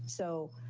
so,